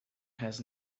has